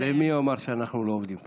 ומי יאמר שאנחנו לא עובדים קשה?